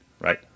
right